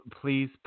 Please